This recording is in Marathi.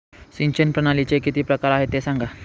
सिंचन प्रणालीचे किती प्रकार आहे ते सांगा